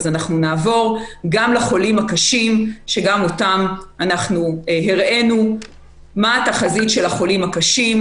אז אנחנו נעבור גם לחולים הקשים והראינו גם את התחזית של החולים הקשים,